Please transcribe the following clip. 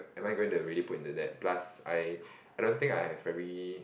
am I going to really into that plus I I don't think I have very